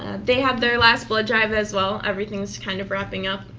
ah they had their last blood drive as well, everything is kind of wrapping up.